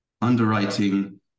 underwriting